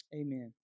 Amen